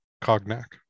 cognac